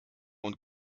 und